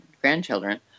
grandchildren